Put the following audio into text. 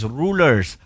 rulers